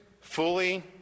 fully